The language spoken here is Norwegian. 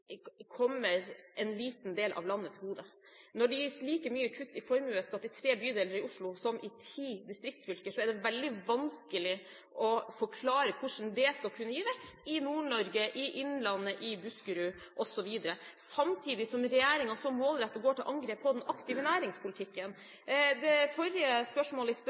kommer en liten del av landet til gode. Når det gis like mye kutt i formuesskatt i tre bydeler i Oslo som i ti distriktsfylker, er det veldig vanskelig å forklare hvordan det skal kunne gi vekst i Nord-Norge, i innlandet, i Buskerud osv., samtidig som regjeringen så målrettet går til angrep på den aktive næringspolitikken. Det forrige spørsmålet i